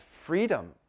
freedom